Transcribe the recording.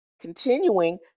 continuing